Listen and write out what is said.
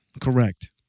correct